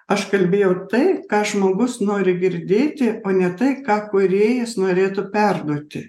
aš kalbėjau tai ką žmogus nori girdėti o ne tai ką kūrėjas norėtų perduoti